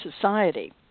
society